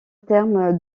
terme